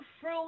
fruit